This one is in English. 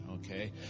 Okay